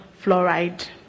fluoride